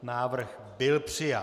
Návrh byl přijat.